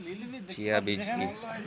Chia বীজ কী?